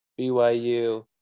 BYU